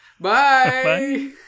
Bye